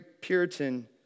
Puritan